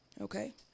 okay